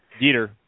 Dieter